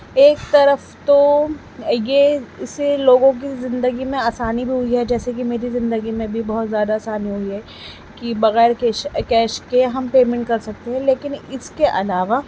ایک طرف تو یہ اسے لوگوں کی زندگی میں آسانی بھی ہوئی ہے جیسے کہ میری زندگی میں بھی بہت زیادہ آسانی ہوئی ہے کہ بغیر کیش کیش کے ہم پیمنٹ کر سکتے ہیں لیکن اس کے علاوہ